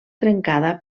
trencada